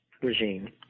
regime